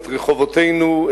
את רחובותינו,